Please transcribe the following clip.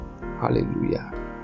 hallelujah